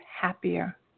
happier